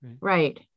right